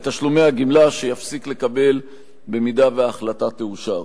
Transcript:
תשלומי הגמלה שיפסיק לקבל אם ההחלטה תאושר.